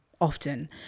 often